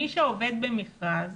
מי שעובד במכרז